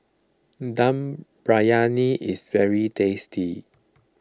Dum Briyani is very tasty